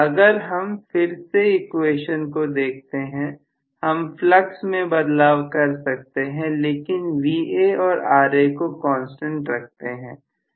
अगर हम फिर से इक्वेशंस को देखें हम फ्लक्स में बदलाव कर सकते हैं लेकिन Va और Ra को कांस्टेंट रखते हैं